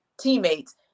teammates